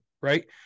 right